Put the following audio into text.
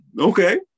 okay